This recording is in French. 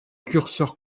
curseur